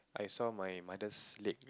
I saw my mother's leg